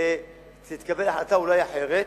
ואולי תתקבל החלטה אחרת,